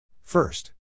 first